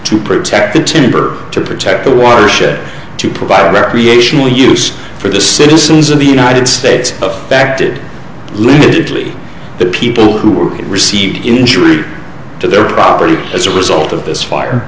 to protect the timber to protect the watershed to provide the ational use for the citizens of the united states affected literally the people who received injury to their property as a result of this fire